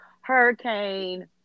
Hurricane